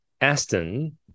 Aston